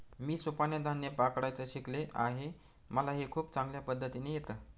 मी सुपाने धान्य पकडायचं शिकले आहे मला हे खूप चांगल्या पद्धतीने येत